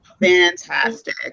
Fantastic